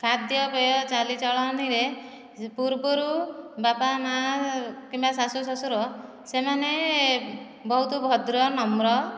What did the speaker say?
ଖାଦ୍ୟପେୟ ଚାଲି ଚଳଣୀରେ ପୂର୍ବରୁ ବାପା ମାଆ କିମ୍ବା ଶାଶୁ ଶଶୁର ସେମାନେ ବହୁତ ଭଦ୍ର ନମ୍ର